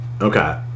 Okay